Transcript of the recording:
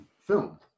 film